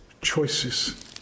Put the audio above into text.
choices